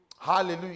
Hallelujah